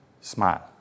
smile